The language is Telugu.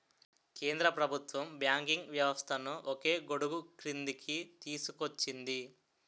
కేంద్ర ప్రభుత్వం బ్యాంకింగ్ వ్యవస్థను ఒకే గొడుగుక్రిందికి తీసుకొచ్చింది